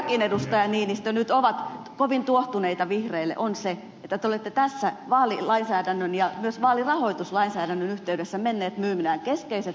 ville niinistö nyt ovat kovin tuohtuneita vihreille että te olette tässä vaalilainsäädännön ja myös vaalirahoituslainsäädännön yhteydessä menneet myymään keskeiset periaatteenne